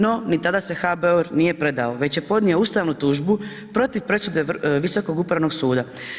No, ni tada se HBOR nije predao već je podnio ustavnu tužbu protiv presude Visokog upravnog suda.